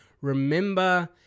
remember